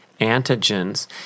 antigens